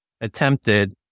attempted